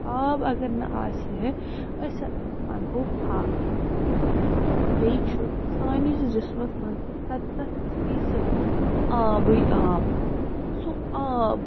آب اَگر نہٕ آسہِ ہے أسۍ مَرہو فاقٔے بیٚیہِ چھُ سٲنِس جِسمَس منٛز تہِ سَتَتھ فیٖصد آبٕے آب سُہ آب